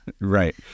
Right